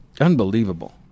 Unbelievable